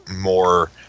more